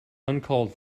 uncalled